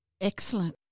Excellent